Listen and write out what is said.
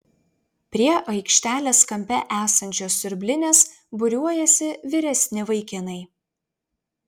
prie aikštelės kampe esančios siurblinės būriuojasi vyresni vaikinai